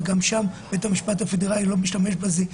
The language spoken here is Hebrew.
וגם שם בית המשפט הפדרלי לא משתמש בזה.